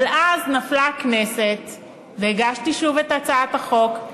אבל אז נפלה הכנסת והגשתי שוב את הצעת החוק,